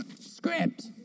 Script